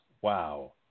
Wow